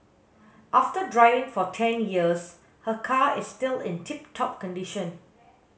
after driving for ten years her car is still in tip top condition